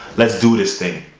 let's do this thing.